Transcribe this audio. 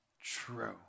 true